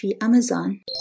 Amazon